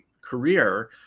career